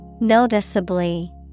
Noticeably